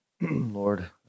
Lord